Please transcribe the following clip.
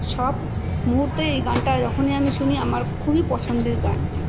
সব মুহূর্তেই এই গানটা যখনই আমি শুনি আমার খুবই পছন্দের গান এটি